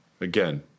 Again